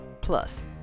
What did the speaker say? plus